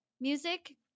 music